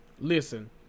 Listen